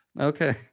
Okay